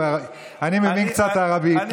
אני מבין קצת ערבית,